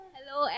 Hello